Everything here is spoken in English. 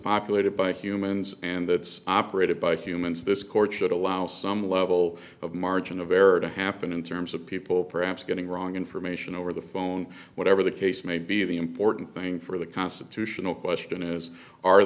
populated by humans and that's operated by humans this court should allow some level of margin of error to happen in terms of people perhaps getting wrong information over the phone whatever the case may be the important thing for the constitutional question is are